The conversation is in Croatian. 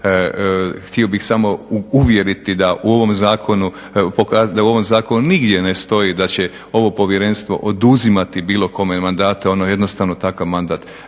Htio bih samo uvjeriti da u ovom zakonu nigdje ne stoji da će ovo povjerenstvo oduzimati bilo kome mandate. Ono jednostavno takav mandat